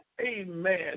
amen